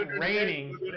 raining